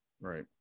Right